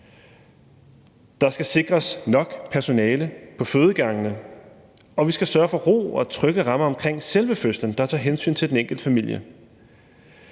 Der skal sikres nok personale på fødegangene, og vi skal sørge for ro og trygge rammer omkring selve fødslen, der tager hensyn til den enkelte familie.